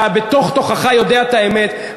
אתה בתוך-תוכך יודע את האמת,